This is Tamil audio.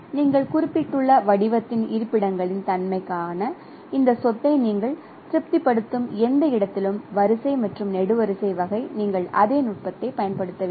நீங்கள் குறிப்பிட்டுள்ள வடிவத்தின் இருப்பிடங்களின் தன்மைக்கான இந்த சொத்தை நீங்கள் திருப்திப்படுத்தும் எந்த இடத்திலும் வரிசை மற்றும் நெடுவரிசை வகை நீங்கள் அதே நுட்பத்தைப் பயன்படுத்த வேண்டும்